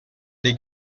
dei